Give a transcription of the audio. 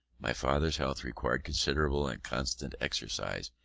my father's health required considerable and constant exercise,